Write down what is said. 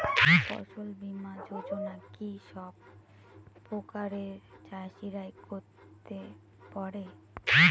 ফসল বীমা যোজনা কি সব প্রকারের চাষীরাই করতে পরে?